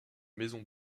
maison